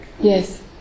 Yes